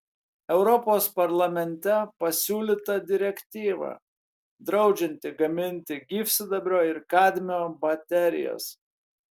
europos parlamente pasiūlyta direktyva draudžianti gaminti gyvsidabrio ir kadmio baterijas